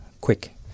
quick